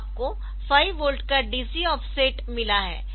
आपको 5 वोल्ट का dc offset मिला है